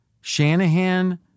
Shanahan